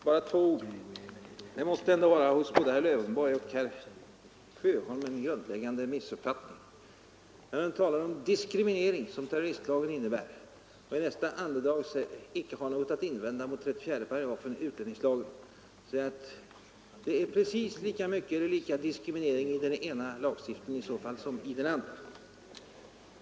Herr talman! Bara ett par saker. Det måste hos både herr Lövenborg och herr Sjöholm föreligga en grundläggande missuppfattning när de talar om den diskriminering som terroristlagen innebär och i nästa andetag icke har något att invända mot 34 § utlänningslagen. Det sker i så fall precis lika stor diskriminering i den ena lagen som i den andra.